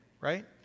right